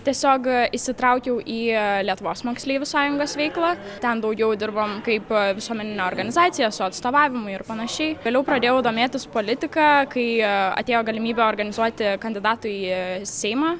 tiesiog įsitraukiau į lietuvos moksleivių sąjungos veiklą ten daugiau dirbom kaip visuomeninė organizacija su atstovavimu ir panašiai vėliau pradėjau domėtis politika kai atėjo galimybė organizuoti kandidatų į seimą